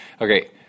Okay